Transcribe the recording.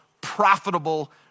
profitable